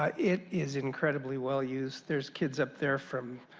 it is incredibly well use. there's kids up there from